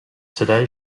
today